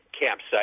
campsite